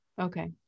Okay